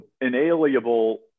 inalienable